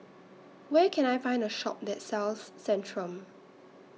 Where Can I Find A Shop that sells Centrum